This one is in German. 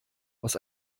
was